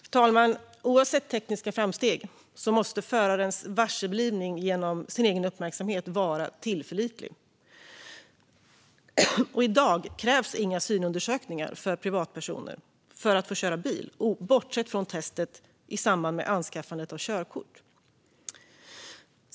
Fru talman! Oavsett tekniska framsteg måste förarens varseblivning genom sin egen uppmärksamhet vara tillförlitlig. I dag krävs inga synundersökningar för privatpersoner för att få köra bil, bortsett från testet i samband med anskaffandet av körkort.